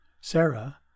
Sarah